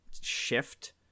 shift